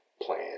Plan